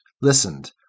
listened